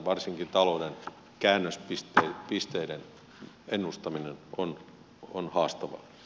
varsinkin talouden käännöspisteiden ennustaminen on haastavaa